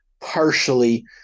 partially